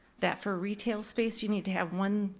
that for retail space you need to have one